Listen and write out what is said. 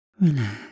relax